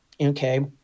okay